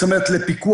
זאת אומרת לפיקוח,